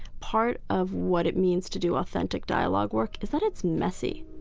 part of what it means to do authentic dialogue work is that it's messy